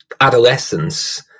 adolescence